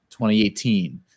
2018